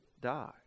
die